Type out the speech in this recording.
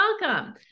welcome